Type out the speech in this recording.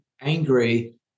angry